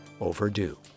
overdue